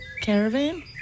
caravan